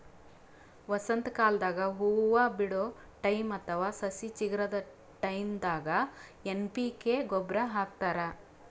ವಸಂತಕಾಲದಾಗ್ ಹೂವಾ ಬಿಡೋ ಟೈಮ್ ಅಥವಾ ಸಸಿ ಚಿಗರದ್ ಟೈಂದಾಗ್ ಎನ್ ಪಿ ಕೆ ಗೊಬ್ಬರ್ ಹಾಕ್ತಾರ್